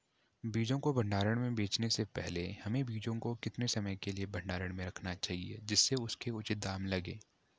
बीजों को बाज़ार में बेचने से पहले हमें बीजों को कितने समय के लिए भंडारण में रखना चाहिए जिससे उसके उचित दाम लगें?